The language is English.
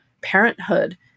parenthood